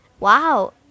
Wow